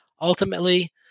Ultimately